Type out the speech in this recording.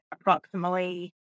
approximately